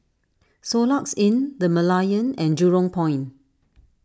Soluxe Inn the Merlion and Jurong Point